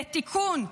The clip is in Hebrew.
לטיפול.